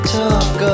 talk